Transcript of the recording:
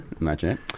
Imagine